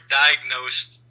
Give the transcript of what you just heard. diagnosed